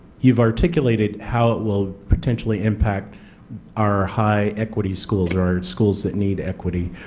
you have articulated how it will potentially impact our high equity schools or our schools that need equity,